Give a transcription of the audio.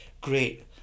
great